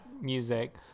music